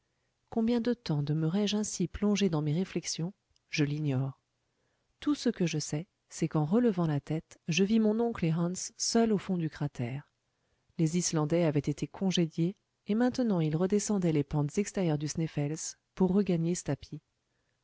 combien de temps demeurai je ainsi plongé dans mes réflexions je l'ignore tout ce que je sais c'est qu'en relevant la tête je vis mon oncle et hans seuls au fond du cratère les islandais avaient été congédiés et maintenant ils redescendaient les pentes extérieures du sneffels pour regagner stapi